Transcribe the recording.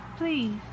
Please